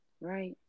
right